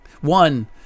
One